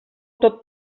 tot